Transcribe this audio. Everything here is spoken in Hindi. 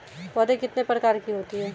पौध कितने प्रकार की होती हैं?